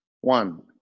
one